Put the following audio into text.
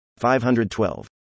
512